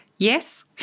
Yes